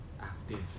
active